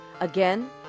Again